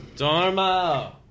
Dharma